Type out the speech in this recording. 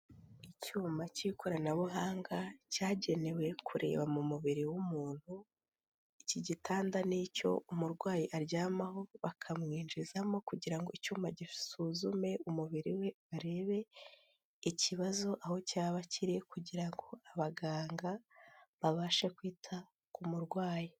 Icyuma cy'ikoranabuhanga cyagenewe kureba mu mubiri w'umuntu iki gitanda ni'icyo umurwayi aryamaho bakamwinjizamo kugira ngo icyuma gisuzume umubiri we barebe ikibazo aho cyaba kiri kugira ngo abaganga babashe kwita ku murwayi.